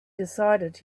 decided